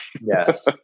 yes